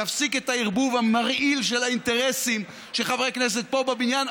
תפסיק את הערבוב המרעיל של האינטרסים שחברי כנסת פה בבניין,